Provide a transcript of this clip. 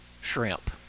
shrimp